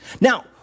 Now